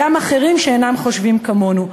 גם אחרים שאינם חושבים כמונו.